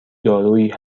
دارویی